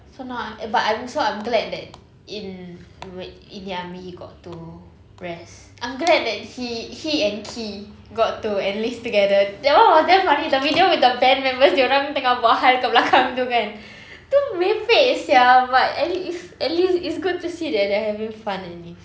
so now I'm but I'm so I'm glad that in wait in the army got to rest I'm glad that he he and key got to enlist together that [one] was damn funny the video with the band members dia orang tengah buat hal kat belakang tu kan tu merepek sia but at least at least it's good to see that they're having fun in this